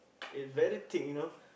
is very thick you know